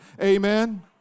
amen